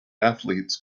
athletes